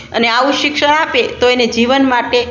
અને આવું શિક્ષણ આપે તો એને જીવન માટે